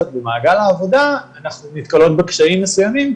במעגל העבודה אנחנו נתקלות בקשיים מסוימים,